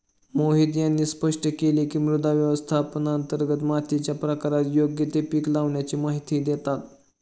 मोहित यांनी स्पष्ट केले की, मृदा व्यवस्थापनांतर्गत मातीच्या प्रकारात योग्य ते पीक लावाण्याची माहिती देतात